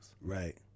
Right